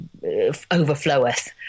overfloweth